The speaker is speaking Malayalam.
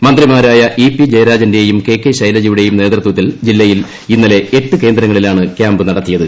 മന്ത്രി മാരായ ഇ പി ജയരാജന്റെയും കെ കെ ശൈലജയുടെയും നേ തൃത്വത്തിൽ ജില്ലയിൽ ഇന്നലെ എട്ട് കേന്ദ്രങ്ങളിലാണ് ക്യാമ്പ് ന ടത്തിയത്